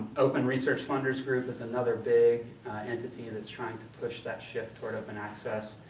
open research funders group is another big entity that's trying to push that shift toward open access.